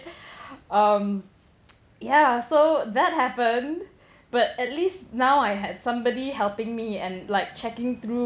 um ya so that happened but at least now I had somebody helping me and like checking through